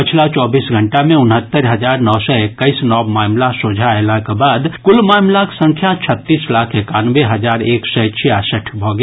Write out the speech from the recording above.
पछिला चौबीस घंटा मे उनहत्तरि हजार नओ सय एक्कैस नव मामिला सोझा अयलाक बाद कुल मामिलाक संख्या छत्तीस लाख एकानवे हजार एक सय छियासठि भऽ गेल